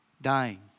Dying